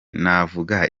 navuga